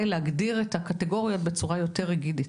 להגדיר את הקטגוריות בצורה יותר ריגידית.